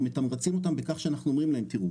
אנחנו מתמרצים אותם בכך שאנחנו אומרים להם: תראו,